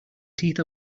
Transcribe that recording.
teeth